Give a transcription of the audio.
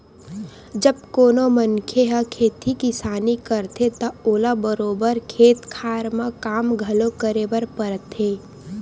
जब कोनो मनखे ह खेती किसानी करथे त ओला बरोबर खेत खार म काम घलो करे बर परथे